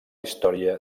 història